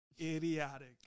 idiotic